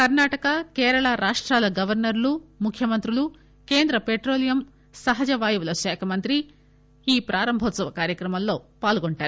కర్నాటక కేరళ రాష్టాల గవర్సర్లు ముఖ్యమంత్రులు కేంద్ర పెట్రోలియం సహజ వాయువుల శాఖ మంత్రి ఈ ప్రారంభోత్సవ కార్యక్రమంలో పాల్గొంటారు